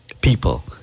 people